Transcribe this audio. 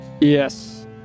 Yes